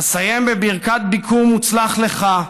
אסיים בברכת ביקור מוצלח לך,